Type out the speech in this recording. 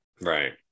Right